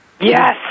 Yes